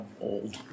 old